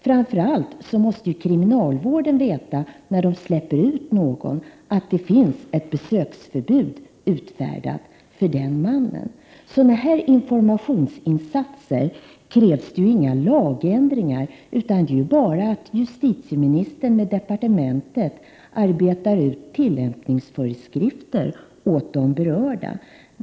Framför allt måste ju kriminalvården veta när någon släpps ut att det finns ett besöksförbud utfärdat för den mannen. Sådana här informationsinsatser kräver inga lagändringar, utan det är bara att justitieministern med departementet utarbetar tillämpningsföreskrifter åt de berörda.